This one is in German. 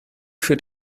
für